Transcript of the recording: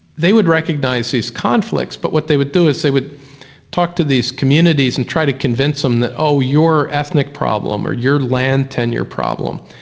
they would recognise these conflicts but what they would do is they would talk to these communities and try to convince them that, oh, your ethnic problem, or your land tenure problem,